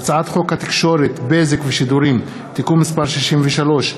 הצעת חוק התקשורת (בזק ושידורים) (תיקון מס' 63),